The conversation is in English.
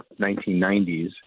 1990s